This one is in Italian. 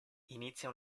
inizia